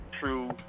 true